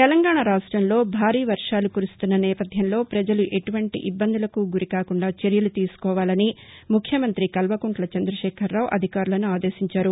తెలంగాణా రాష్టంలో భారీ వర్షాలు కురుస్తున్న నేపథ్యంలో పజలు ఎటువంటి ఇబ్బందులకు గురికాకుండా చర్యలు తీసుకోవాలని రాష్ట్ర ముఖ్యమంతి కల్వకుంట్ల చంద్రకేఖరరావు అధికారులను ఆదేశించారు